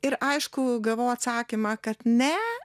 ir aišku gavau atsakymą kad ne